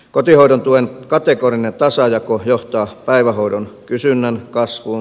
kotihoidon tuen kategorinen tasajako johtaa päivähoidon kysynnän kasvuun